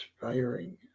firing